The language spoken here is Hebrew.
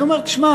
אני אומר: תשמע,